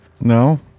no